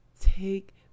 take